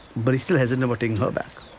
but he's still hesitant about taking her back.